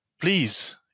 Please